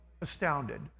astounded